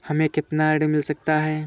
हमें कितना ऋण मिल सकता है?